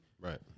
Right